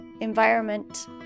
environment